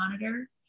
monitor